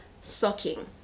sucking